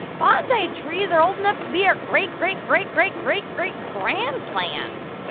bonsai trees are old enough to be our great-great-great-great-great-great-great-grand plants.